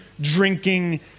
drinking